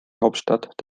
hauptstadt